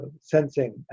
sensing